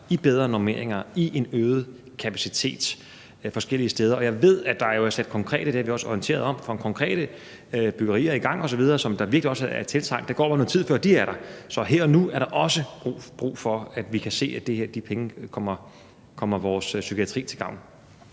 i bedre normeringer og i en øget kapacitet forskellige steder. Jeg ved, at der er sat konkrete byggerier i gang osv., og det er vi jo også orienteret om, som virkelig også er tiltrængt. Der går noget tid, før de er der, så her og nu er der også brug for, at vi kan se, at de penge kommer vores psykiatri til gavn.